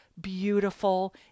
beautiful